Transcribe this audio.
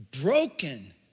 broken